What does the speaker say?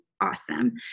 awesome